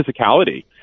physicality